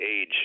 age